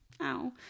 ow